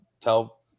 tell